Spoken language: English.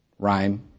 Rhyme